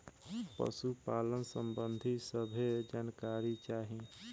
पशुपालन सबंधी सभे जानकारी चाही?